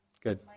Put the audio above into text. Good